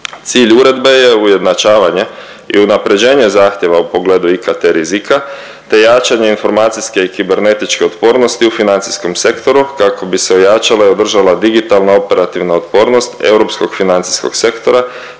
Cilj uredbe je ujednačavanje i unaprjeđenje zahtjeva u pogledu IKT rizika, te jačanje informacijske i kibernetičke otpornosti u financijskom sektoru kako bi se ojačala i održala digitalna operativna otpornost Europskog financijskog sektora